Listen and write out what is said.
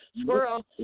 squirrel